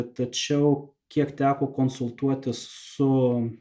tačiau kiek teko konsultuotis su